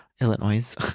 Illinois